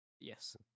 Yes